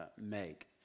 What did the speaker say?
make